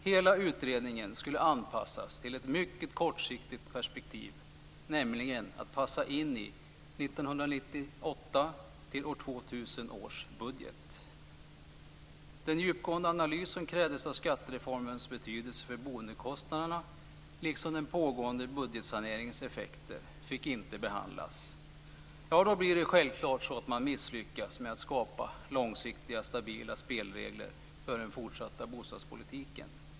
Hela utredningen skulle anpassas till ett mycket kortsiktigt perspektiv, nämligen att passa in i 1998-2000 års budget. Den djupgående analys som krävdes av skattereformens betydelse för boendekostnaderna liksom av den pågående budgetsaneringens effekter fick inte behandlas. Det blir då självklart så att man misslyckas med att skapa långsiktiga stabila spelregler för den fortsatta bostadspolitiken.